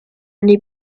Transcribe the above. only